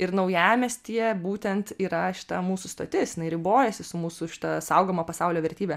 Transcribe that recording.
ir naujamiestyje būtent yra šita mūsų stotis jinai ribojasi su mūsų šita saugoma pasaulio vertybe